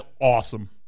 awesome